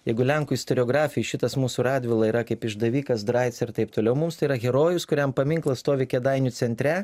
jeigu lenkų istoriografijoj šitas mūsų radvila yra kaip išdavikas draits ir taip toliau mums tai yra herojus kuriam paminklas stovi kėdainių centre